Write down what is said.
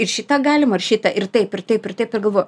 ir šitą galima ir šitą ir taip ir taip ir taip ir galvo